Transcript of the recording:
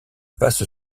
passe